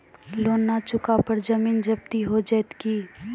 Loan न चुका पर जमीन जब्ती हो जैत की?